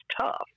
tough